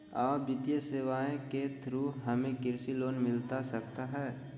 आ वित्तीय सेवाएं के थ्रू हमें कृषि लोन मिलता सकता है?